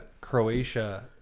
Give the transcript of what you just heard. Croatia